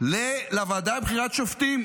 לוועדה לבחירת שופטים.